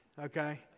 okay